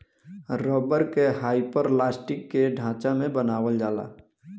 rubber के hyperelastic के ढांचा में बनावल जाला